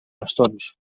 bastons